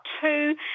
two